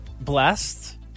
blessed